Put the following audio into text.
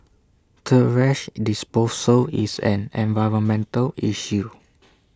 thrash disposal is an environmental issue